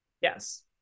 Yes